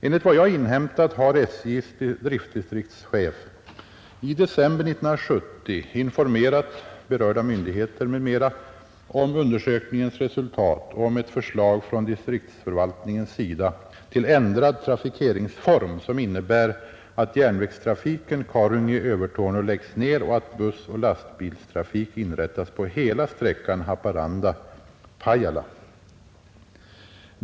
Enligt vad jag inhämtat har SJ:s driftdistriktschef i december 1970 informerat berörda myndigheter m.m. om undersökningens resultat och om ett förslag från distriktsförvaltningens sida till ändrad trafikeringsform som innebär att järnvägstrafiken Karungi-Övertorneå läggs ned och att bussoch lastbilstrafik inrättas på hela sträckan Haparanda—Pajala.